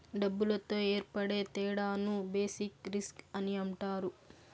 డబ్బులతో ఏర్పడే తేడాను బేసిక్ రిస్క్ అని అంటారు